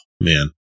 man